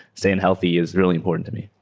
staying healthy is really important to me.